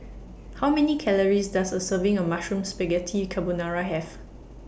How Many Calories Does A Serving of Mushroom Spaghetti Carbonara Have